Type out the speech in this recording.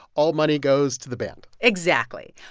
all money goes to the band exactly.